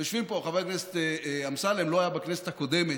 יושבים פה, חבר הכנסת אמסלם לא היה בכנסת הקודמת,